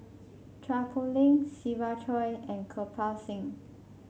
Chua Poh Leng Siva Choy and Kirpal Singh